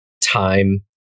Time